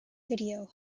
video